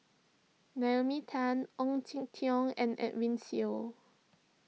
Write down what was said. Naomi Tan Ong Jin Teong and Edwin Siew